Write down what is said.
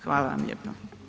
Hvala vam lijepo.